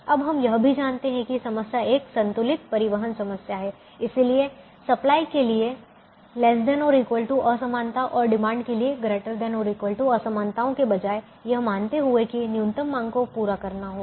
अब हम यह भी जानते हैं कि समस्या एक संतुलित परिवहन समस्या है इसलिए सप्लाई के लिए ≤ असमानता और डिमांड के लिए ≥ असमानताओं के बजाय यह मानते हुए कि न्यूनतम मांग को पूरा करना होगा